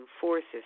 forces